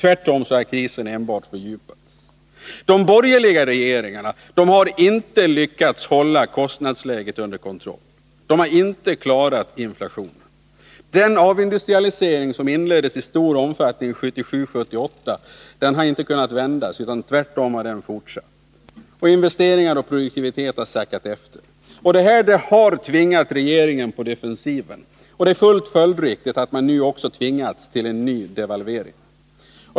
Tvärtom har krisen enbart fördjupats. De borgerliga regeringarna har inte lyckats hålla kostnadsläget under kontroll. De har inte lyckats göra något åt inflationen. Den avindustrialisering som inleddes i stor omfattning åren 1977-1978 har inte kunnat vändas, utan den har tvärtom fortsatt. Investeringar och produktivitet har sackat efter. Detta har tvingat regeringen på defensiven. Det är helt följdriktigt att man på nytt har tvingats till en devalvering.